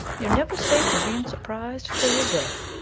you're never safe from being surprised till you're dead.